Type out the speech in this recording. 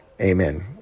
Amen